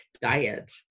diet